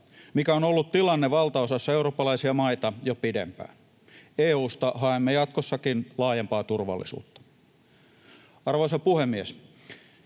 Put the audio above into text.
mikä on ollut tilanne valtaosassa eurooppalaisia maita jo pidempään. EU:sta haemme jatkossakin laajempaa turvallisuutta. Arvoisa puhemies!